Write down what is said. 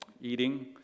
eating